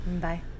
Bye